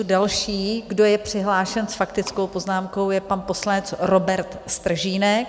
Další, kdo je přihlášen s faktickou poznámkou, je pan poslanec Robert Stržínek.